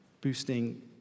boosting